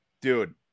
dude